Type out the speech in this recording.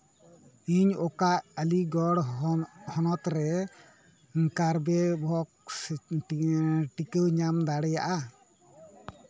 ᱤᱧ ᱚᱠᱟ ᱟᱹᱞᱤᱜᱚᱲ ᱦᱚᱱᱚᱛ ᱨᱮ ᱠᱟᱨᱵᱮᱵᱷᱚᱠᱥ ᱴᱤᱠᱟᱹᱧ ᱧᱟᱢ ᱫᱟᱲᱮᱭᱟᱜᱼᱟ